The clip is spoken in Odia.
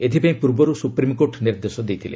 ଏଥିପାଇଁ ପୂର୍ବରୁ ସୁପ୍ରିମକୋର୍ଟ ନିର୍ଦ୍ଦେଶ ଦେଇଥିଲେ